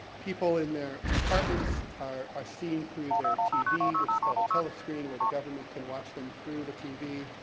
people in their apartments are are seen through their tv, which is called a telescreen, where the government can watch them through the tv.